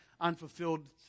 unfulfilled